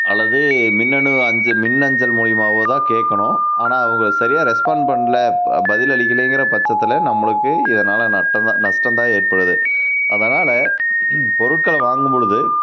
அல்லது மின்னணு அஞ்சல் மின்அஞ்சல் மூலியமாகவோ தான் கேட்கணும் ஆனால் அவங்க சரியாக ரெஸ்பாண்ட் பண்ணல பதிலளிக்கலைங்கிற பட்சத்தில் நம்மளுக்கு இதனால் நஷ்டம் தான் நஷ்டம் தான் ஏற்படுது அதனால் பொருட்களை வாங்கும் பொழுது